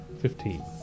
Fifteen